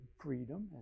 freedom